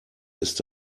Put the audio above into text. ist